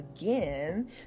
again